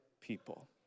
people